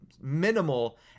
minimal